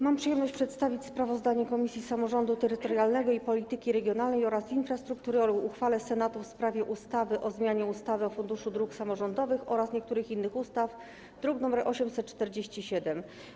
Mam przyjemność przedstawić sprawozdanie Komisji Samorządu Terytorialnego i Polityki Regionalnej oraz Komisji Infrastruktury o uchwale Senatu w sprawie ustawy o zmianie ustawy o Funduszu Dróg Samorządowych oraz niektórych innych ustaw, druk nr 847.